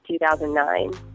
2009